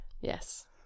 Yes